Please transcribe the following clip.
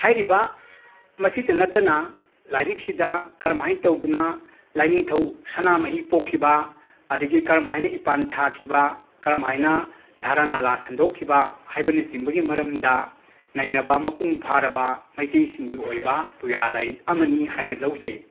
ꯍꯥꯏꯔꯤꯕ ꯃꯁꯤꯇ ꯅꯠꯇꯅ ꯂꯥꯏꯔꯤꯛꯁꯤꯗ ꯀꯔꯝꯍꯥꯏ ꯇꯧꯗꯨꯅ ꯂꯥꯏꯅꯤꯡꯊꯧ ꯁꯅꯥꯃꯍꯤ ꯄꯣꯛꯈꯤꯕ ꯑꯗꯒꯤ ꯀꯔꯝꯍꯥꯏꯅ ꯏꯄꯥꯟ ꯊꯥꯈꯤꯕ ꯀꯔꯝꯍꯥꯏꯅ ꯙꯔꯥ ꯅꯥꯂꯥ ꯁꯟꯗꯣꯛꯈꯤꯕ ꯍꯥꯏꯕꯅ ꯆꯤꯡꯕꯒꯤ ꯃꯔꯝꯗ ꯅꯩꯅꯕ ꯃꯄꯨꯡ ꯐꯥꯔꯕ ꯃꯩꯇꯩꯁꯤꯡꯒꯤ ꯑꯣꯏꯕ ꯄꯨꯌꯥ ꯂꯥꯏꯔꯤꯛ ꯑꯃꯅꯤ ꯍꯥꯏꯅ ꯂꯧꯖꯩ